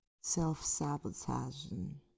self-sabotaging